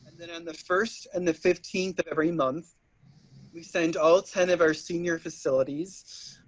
then on the first and the fifteenth of every month we send all ten of our senior facilities,